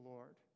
Lord